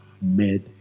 made